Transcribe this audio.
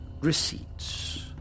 receipts